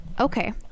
Okay